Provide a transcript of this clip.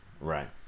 Right